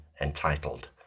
entitled